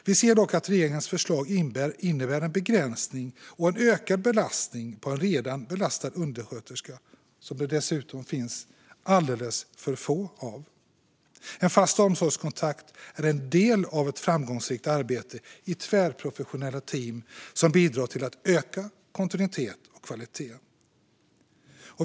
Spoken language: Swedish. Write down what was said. Vi ser dock att regeringens förslag innebär en begränsning och en ökad belastning på redan belastade undersköterskor, som det dessutom finns alldeles för få av. En fast omsorgskontakt är en del av ett framgångsrikt arbete i tvärprofessionella team, som bidrar till att öka kontinuitet och kvalitet.